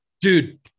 Dude